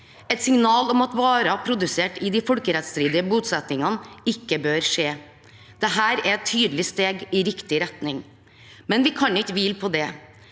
et signal om at varer produsert i de folkerettsstridige bosettingene, ikke bør skje. Dette er et tydelig steg i riktig retning, men vi kan ikke hvile på det.